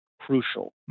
crucial